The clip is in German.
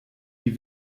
wie